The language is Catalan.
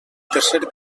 tercer